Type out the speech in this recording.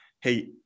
hey